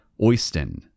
Oyston